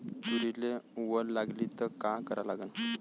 तुरीले वल लागली त का करा लागन?